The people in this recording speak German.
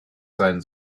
sein